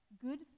good